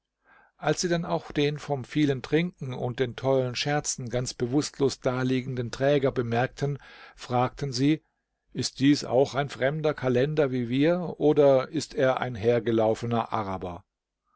als sie dann auch den vom vielen trinken und den tollen scherzen ganz bewußtlos daliegenden träger bemerkten fragten sie ist dies auch ein fremder kalender wie wir oder ist er ein hergelaufener araber